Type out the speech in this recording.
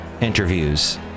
interviews